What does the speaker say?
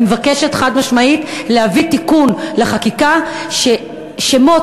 אני מבקשת חד-משמעית להביא תיקון לחקיקה ששמות